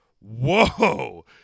whoa